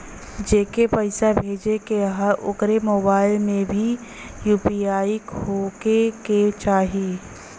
जेके पैसा भेजे के ह ओकरे मोबाइल मे भी यू.पी.आई होखे के चाही?